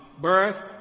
birth